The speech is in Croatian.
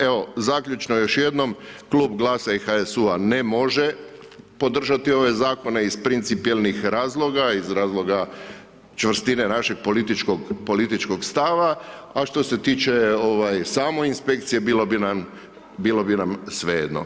Evo zaključno još jednom, klub GLAS-a i HSU-a ne može podržati ove zakone iz principijelnih razloga, iz razloga čvrstine našeg političkog stava a što se tiče samo inspekcije, bilo bi nam svejedno.